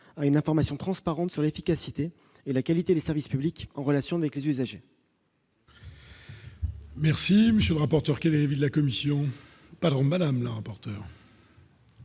une information transparente sur l'efficacité et la qualité des services publics en relation avec les usagers. Merci, monsieur le rapporteur, quel élu de la commission, pardon madame. Un duo que